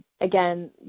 again